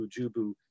Jubu